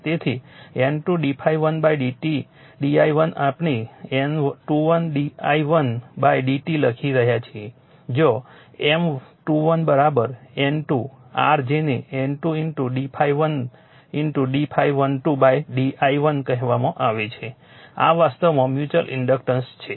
તેથી N2 d ∅12 d i1 આપણે N21 d i1 dt લખી રહ્યા છીએ જ્યાં M21 N2 r જેને N2 d ∅1 d ∅12 d i1 કહેવામાં આવે છે આ વાસ્તવમાં મ્યુચ્યુઅલ ઇન્ડક્ટન્સ છે